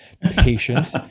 patient